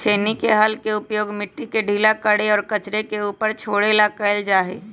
छेनी के हल के उपयोग मिट्टी के ढीला करे और कचरे के ऊपर छोड़े ला कइल जा हई